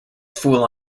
fool